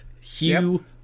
Hugh